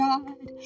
God